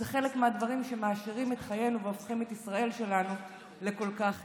זה חלק מהדברים שמעשירים את חיינו והופכים את ישראל שלנו לכל כך יפה.